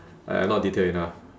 I not detailed enough